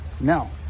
No